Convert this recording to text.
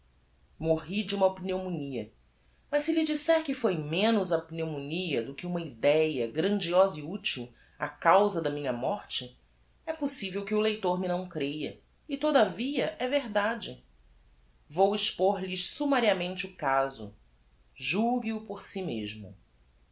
morri de uma pneumonia mas se lhe disser que foi menos a pneumonia do que uma idéa grandiosa e util a causa da minha morte é possivel que o leitor me não creia e todavia é verdade vou expor lhe summariamente o caso julgue o por si mesmo